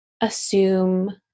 assume